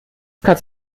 katz